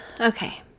Okay